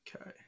Okay